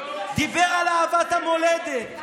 דיבר על אהבת המולדת,